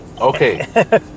okay